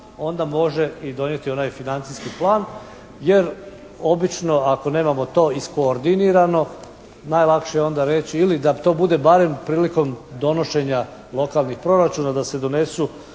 onda može i donijeti onaj financijski plan jer obično ako nemamo to iskoordinirano najlakše je onda reći ili da to bude barem prilikom donošenja lokalnih proračuna da se donesu